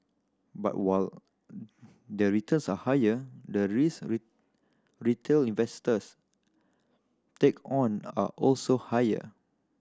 but while the returns are higher the risks retail investors take on are also higher